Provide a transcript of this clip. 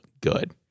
good